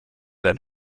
than